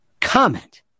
Comment